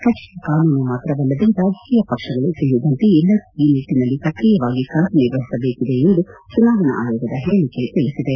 ಕಠಿಣ ಕಾನೂನು ಮಾತ್ರವಲ್ಲದೇ ರಾಜಕೀಯ ಪಕ್ಷಗಳು ಸೇರಿದಂತೆ ಎಲ್ಲರೂ ಈ ನಿಟ್ಟನಲ್ಲಿ ಸಕ್ರಿಯವಾಗಿ ಕಾರ್ಯನಿರ್ವಹಿಸಬೇಕಿದೆ ಎಂದು ಚುನಾವಣಾ ಆಯೋಗದ ಹೇಳಿಕೆ ತಿಳಿಸಿದೆ